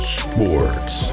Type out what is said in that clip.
sports